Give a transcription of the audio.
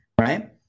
right